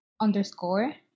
underscore